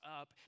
up